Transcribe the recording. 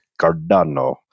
cardano